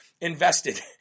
invested